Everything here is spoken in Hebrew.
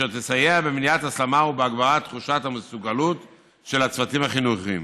אשר תסייע במניעת הסלמה ובהגברת תחושת המסוגלות של הצוותים החינוכיים,